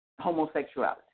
homosexuality